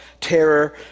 terror